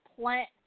plant